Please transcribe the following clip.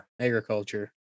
agriculture